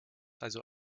also